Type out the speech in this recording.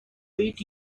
weight